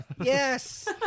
Yes